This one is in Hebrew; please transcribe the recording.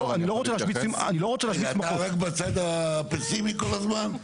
אני לא רוצה להשוויץ --- אתה רק בצד הפסימי כל הזמן?